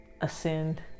ascend